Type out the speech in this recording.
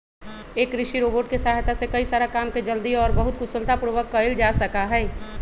एक कृषि रोबोट के सहायता से कई सारा काम के जल्दी और बहुत कुशलता पूर्वक कइल जा सका हई